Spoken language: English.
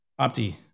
Opti